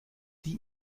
die